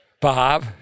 Bob